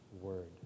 word